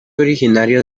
originario